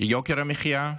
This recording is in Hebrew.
ויוקר המחיה,